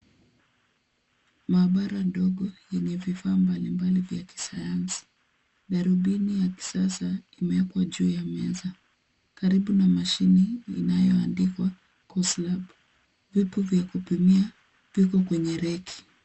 Maabara ndogo yenye vifaa mbalimbali vya kisayansi. Darubini ya kisasa imewekwa juu ya meza, karibu na mashine inayoandikwa Coslab. Vyupa vya kupimia vipo kwenye reki.